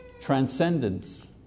Transcendence